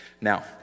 Now